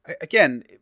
again